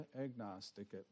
agnostic